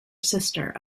sister